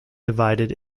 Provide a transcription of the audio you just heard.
divided